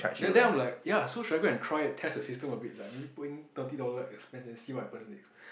then then I'm like ya so should I go and try and test the system a bit like maybe put in thirty dollar expense then see what happens next